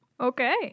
Okay